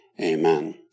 amen